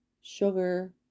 sugar